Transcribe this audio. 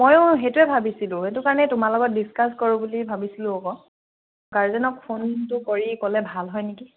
ময়ো সেইটোৱে ভাবিছিলোঁ সেইটো কাৰণে তোমাৰ লগত ডিছকাছ কৰোঁ বুলি ভাবিছিলোঁ আকৌ গাৰ্জেনক ফোনটো কৰি ক'লে ভাল হয় নেকি